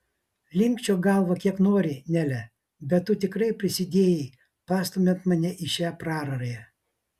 linkčiok galvą kiek nori nele bet tu tikrai prisidėjai pastumiant mane į šią prarają